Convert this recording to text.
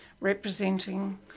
representing